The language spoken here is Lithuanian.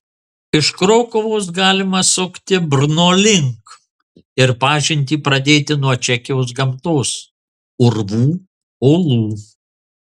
iš krokuvos galima sukti brno link ir pažintį pradėti nuo čekijos gamtos urvų olų